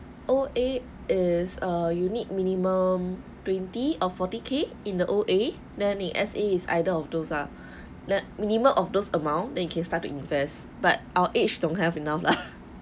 O_A is err you need minimum twenty or forty k in the O_A then S_A is either of those ah like minimum of those amount then you can start to invest but our age don't have enough lah